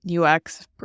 UX